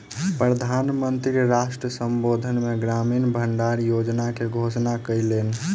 प्रधान मंत्री राष्ट्र संबोधन मे ग्रामीण भण्डार योजना के घोषणा कयलैन